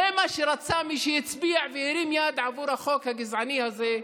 זה מה שרצה מי שהצביע והרים יד עבור החוק הגזעני הזה,